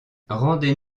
rendez